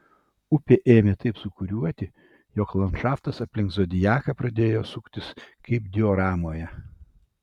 upė ėmė taip sūkuriuoti jog landšaftas aplink zodiaką pradėjo suktis kaip dioramoje